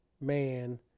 man